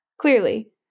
clearly